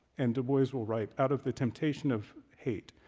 and dubois will write, out of the temptation of hate,